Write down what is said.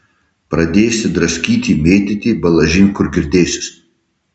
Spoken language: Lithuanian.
pradėsi draskyti mėtyti balažin kur girdėsis